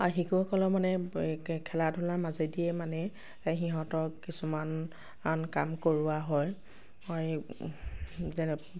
আৰু শিশুসকলৰ মানে খেলা ধূলা মাজেদিয়ে মানে সিহঁতক কিছুমান আন কাম কৰোৱা হয় যেনে